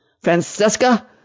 Francesca